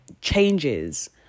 changes